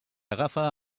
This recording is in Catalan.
agafa